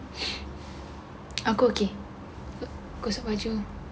aku okay gosok baju